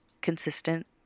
consistent